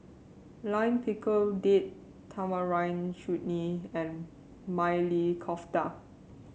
Lime Pickle Date Tamarind Chutney and Maili Kofta